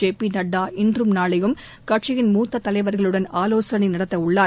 JP Nadda இன்றும் நாளையும் கட்சியின் மூத்த தலைவர்களுடன் ஆலோசனை நடத்தவுள்ளார்